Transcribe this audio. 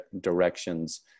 directions